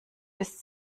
bis